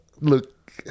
look